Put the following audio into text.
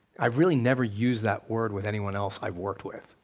i've really never used that word with anyone else i've worked with.